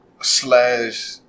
slash